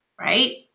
right